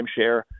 timeshare